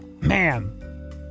man